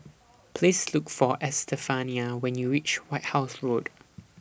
Please Look For Estefania when YOU REACH White House Road